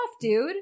dude